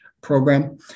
program